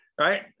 right